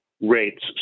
rates